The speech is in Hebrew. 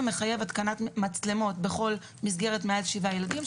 מחייב התקנת מצלמות בכל מסגרת מעל שבעה ילדים,